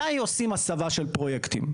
מתי עושים הסבה של פרויקטים?